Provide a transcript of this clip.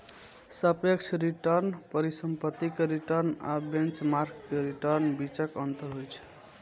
सापेक्ष रिटर्न परिसंपत्ति के रिटर्न आ बेंचमार्क के रिटर्नक बीचक अंतर होइ छै